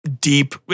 deep